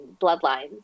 Bloodlines